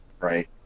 Right